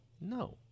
No